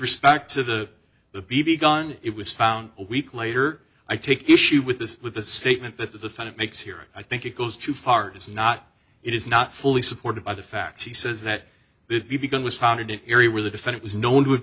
respect to the b b gun it was found a week later i take issue with this with the statement that the defendant makes here i think it goes too far does not it is not fully supported by the facts he says that it be because it was founded an area where the defendant was known to have